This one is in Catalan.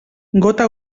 gota